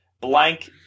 blank